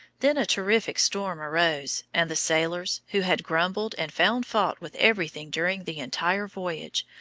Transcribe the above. then a terrific storm arose, and the sailors, who had grumbled and found fault with everything during the entire voyage,